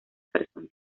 persona